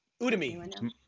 Udemy